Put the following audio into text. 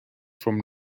from